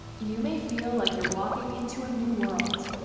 you may feel like you're walking into a new world.